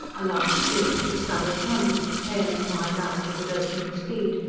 a last glimpse discovered johnny, pale and wide-eyed at the lurching speed,